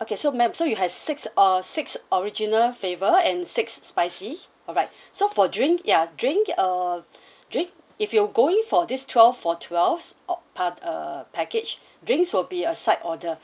okay so ma'am so you has six uh six original flavour and six spicy alright so for drink ya drink err drink if you're going for this twelve for twelve o~ part uh package drinks will be a side order